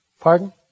Pardon